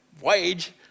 Wage